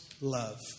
Love